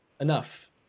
enough